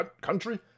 country